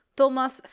Thomas